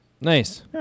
Nice